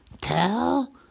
TELL